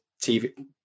TV